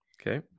Okay